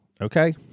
okay